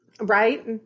right